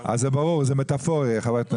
זה ברור, זה מטפורי, חברת הכנסת גוטליב.